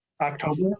october